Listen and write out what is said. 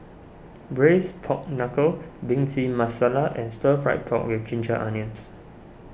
Braised Pork Knuckle Bhindi Masala and Stir Fried Pork with Ginger Onions